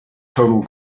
tonal